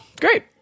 Great